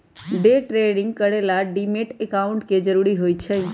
day trading करे ला demat account के जरूरत होई छई